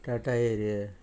Tata area